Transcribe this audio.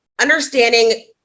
understanding